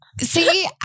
See